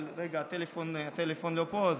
אבל, רגע, הטלפון לא פה.